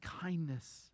kindness